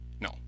No